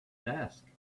desk